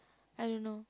I don't know